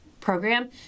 program